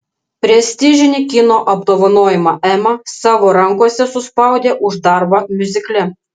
prestižinį kino apdovanojimą ema savo rankose suspaudė už darbą miuzikle